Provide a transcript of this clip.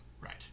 right